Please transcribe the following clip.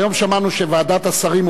היום שמענו שוועדת השרים,